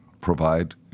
provide